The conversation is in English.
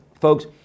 folks